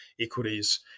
equities